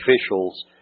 officials